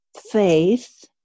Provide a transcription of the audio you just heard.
faith